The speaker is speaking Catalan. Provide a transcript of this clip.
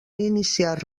iniciar